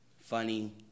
funny